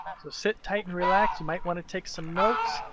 so sit tight and relax, you might wanna take some notes.